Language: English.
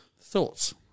Thoughts